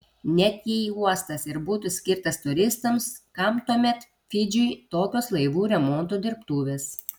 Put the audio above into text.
net jei uostas ir būtų skirtas turistams kam tuomet fidžiui tokios laivų remonto dirbtuvės